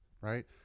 right